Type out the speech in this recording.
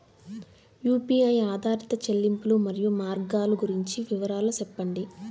UPI ఆధారిత చెల్లింపులు, మరియు మార్గాలు గురించి వివరాలు సెప్పండి?